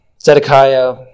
Zedekiah